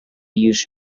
use